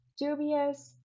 dubious